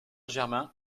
germain